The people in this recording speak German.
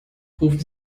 rufen